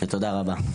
תודה רבה.